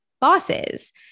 bosses